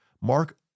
Mark